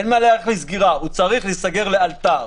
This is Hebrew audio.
אין מה להיערך לסגירה הוא צריך להיסגר לאלתר.